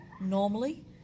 normally